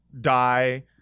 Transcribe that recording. die